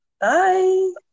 Bye